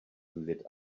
lit